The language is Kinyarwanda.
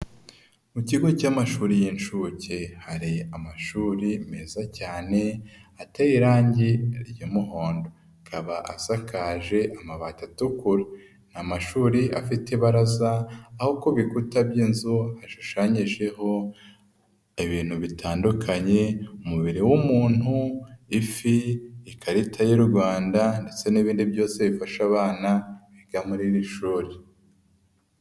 Mu kigo cy'amashuri y'incuke hari amashuri meza cyane, ateye irangi ry'umuhondo, akaba asakaje amabati atukura. Ni amashuri afite ibaraza aho ku bikuta by'inzu hashushanyijeho ibintu bitandukanye, umubiri w'umuntu, ifi, ikarita y'u rwanda, ndetse n'ibindi byose bifasha abana biga muri iri shuri.